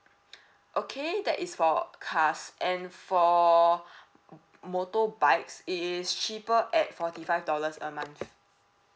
okay that is for cars and for motorbikes it is cheaper at forty five dollars a month